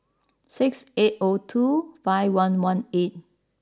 six eight O two five one one eight